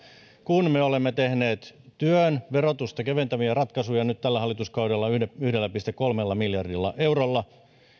kun me olemme tehneet työn verotusta keventäviä ratkaisuja nyt tällä hallituskaudella yhdellä pilkku kolmella miljardilla eurolla ja